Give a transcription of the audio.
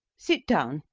sit down.